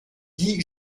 guy